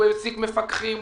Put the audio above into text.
הוא העסיק מפקחים,